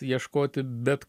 ieškoti bet